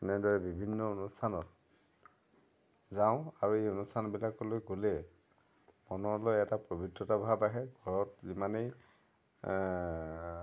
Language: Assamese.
এনেদৰে বিভিন্ন অনুষ্ঠানত যাওঁ আৰু এই অনুষ্ঠানবিলাকলৈ গ'লে মনলৈ এটা পৱিত্ৰতা ভাৱ আহে ঘৰত যিমানেই